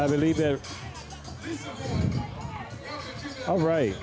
i believe that all right